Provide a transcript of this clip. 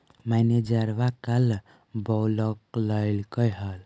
मैनेजरवा कल बोलैलके है?